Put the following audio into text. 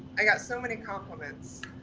i got so many compliments,